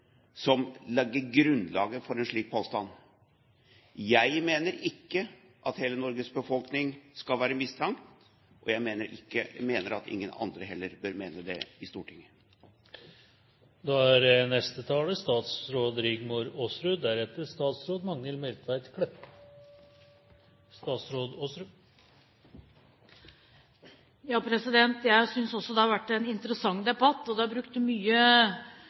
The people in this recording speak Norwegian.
fremmet, legger grunnlag for en slik påstand. Jeg mener ikke at hele Norges befolkning skal være mistenkt, og jeg mener at ingen andre heller bør mene det i Stortinget. Jeg synes også at det har vært en interessant debatt. Det er brukt mange sterke ord her i dag, og det har